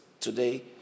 today